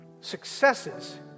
Successes